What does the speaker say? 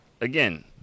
again